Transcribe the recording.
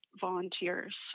volunteers